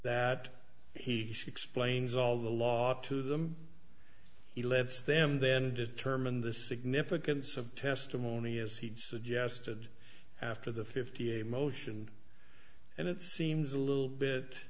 she explains all the law to them he lets them then determine the significance of testimony as he suggested after the fifty a motion and it seems a little bit